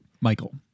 michael